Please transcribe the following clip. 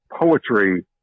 poetry